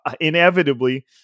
inevitably